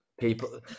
people